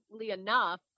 enough